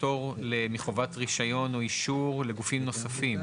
פטור מחובת רישיון או אישור לגופים נוספים.